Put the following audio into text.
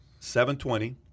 720